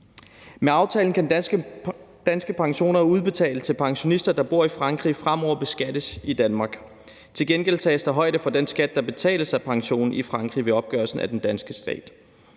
Med aftalen kan danske pensioner udbetalt til pensionister, der bor i Frankrig, fremover beskattes i Danmark. Til gengæld tages der højde for den skat, der betales af pensionen i Frankrig, ved opgørelsen af den danske skat.